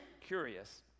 curious